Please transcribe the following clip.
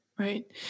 Right